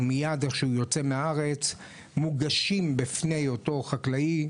ומייד איך שהוא יוצא מהארץ מוגשים בפני אותו חקלאי,